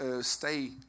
stay